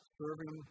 serving